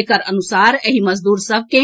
एकर अनुसार एहि मजदूर सभ के